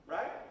Right